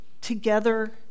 together